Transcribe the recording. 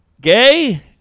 gay